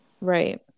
Right